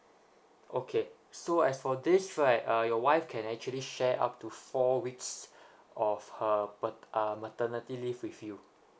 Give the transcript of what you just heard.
okay so as for this right uh your wife can actually share up to four weeks of her pa~ uh maternity leave with you